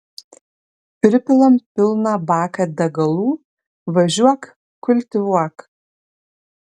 pripilam pilną baką degalų važiuok kultivuok